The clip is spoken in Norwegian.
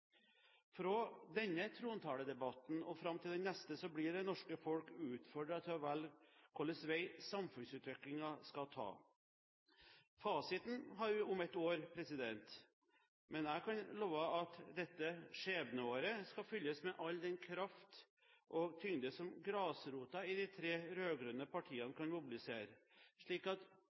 Fra denne trontaledebatten og fram til den neste blir det norske folk utfordret til å velge hvilken vei samfunnsutviklingen skal ta. Fasiten har vi om ett år, men jeg kan love at dette skjebneåret skal fylles med all den kraft og tyngde som grasrota i de tre rød-grønne partiene kan mobilisere, slik at